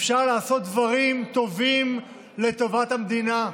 אפשר לעשות דברים טובים לטובת המדינה.